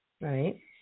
right